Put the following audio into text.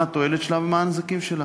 מה התועלת שלה ומה הנזקים שלה.